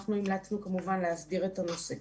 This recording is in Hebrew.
אנחנו המלצנו כמובן להסדיר את הנושא.